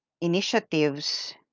initiatives